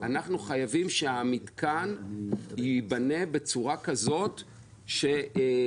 אנחנו חייבים שהמתקן ייבנה בצורה כזו שאנחנו